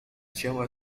ciała